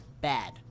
bad